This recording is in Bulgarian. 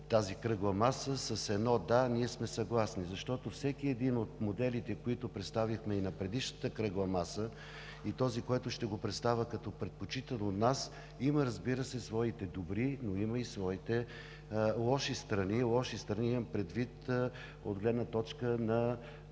тази кръгла маса с едно: „Да, ние сме съгласни“, защото всеки един от моделите, които представихме и на предишната кръгла маса, и този, който ще представя като предпочитан от нас, има своите добри, но има и своите лоши страни. Лоши страни – имам предвид от гледна точка на